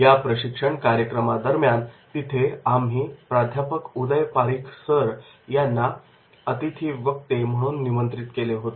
या प्रशिक्षण कार्यक्रमादरम्यान तिथे आम्ही प्राध्यापक उदय पारिख सर यांना अतिथी वक्ते म्हणून निमंत्रित केले होते